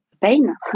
pain